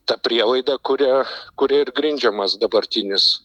ta prielaida kuria kuria ir grindžiamas dabartinis